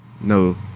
No